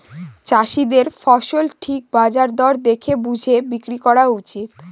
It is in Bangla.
চাষীদের ফসল ঠিক বাজার দর দেখে বুঝে বিক্রি করা উচিত